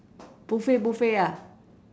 buffet buffet ah